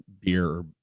beer